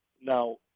Now